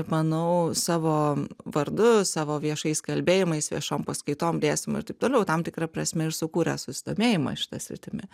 manau savo vardu savo viešais kalbėjimais viešom paskaitom dėstymu ir taip toliau tam tikra prasme ir sukūrė susidomėjimą šita sritimi